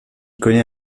connaît